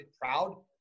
proud